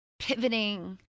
pivoting